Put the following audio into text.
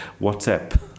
WhatsApp